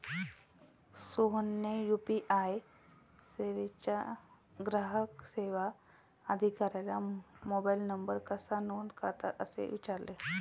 सोहनने यू.पी.आय सेवेच्या ग्राहक सेवा अधिकाऱ्याला मोबाइल नंबर कसा नोंद करतात असे विचारले